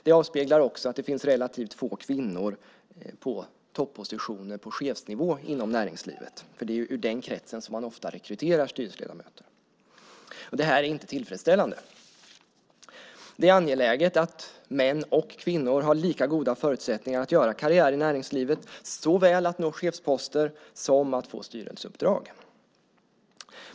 Det avspeglar också att det finns relativt få kvinnor på toppositioner på chefsnivå inom näringslivet, för det är ur den kretsen man ofta rekryterar styrelseledamöter. Detta är inte tillfredsställande. Det är angeläget att män och kvinnor har lika goda förutsättningar att göra karriär i näringslivet, såväl att nå chefsposter som att få styrelseuppdrag.